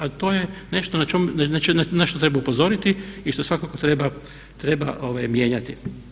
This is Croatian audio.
A to je nešto na što treba upozoriti i što svakako treba mijenjati.